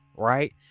right